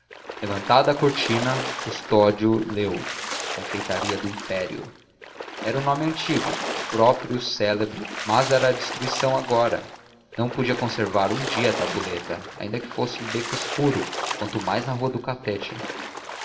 levantada a cortina custódio leu confeitaria do império era o nome antigo o próprio o célebre mas era a destruição agora não podia conservar um dia a tabuleta ainda que fosse em beco escuro quanto mais na rua do catete